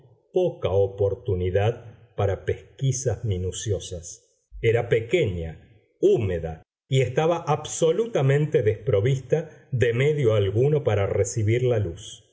poca oportunidad para pesquisas minuciosas era pequeña húmeda y estaba absolutamente desprovista de medio alguno para recibir la luz